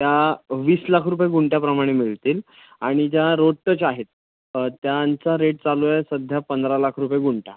त्या वीस लाख रुपये गुंठ्याप्रमाणे मिळतील आणि ज्या रोड टच आहेत त्यांचा रेट चालू आहे सध्या पंधरा लाख रुपये गुंठा